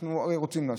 אנחנו הרי רוצים לעשות,